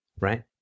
Right